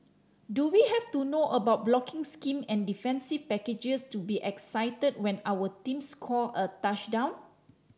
do we have to know about blocking scheme and defensive packages to be excited when our team score a touchdown